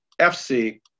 FC